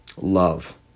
love